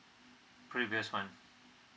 previous one